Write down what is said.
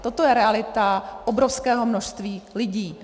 Toto je realita obrovského množství lidí.